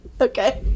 Okay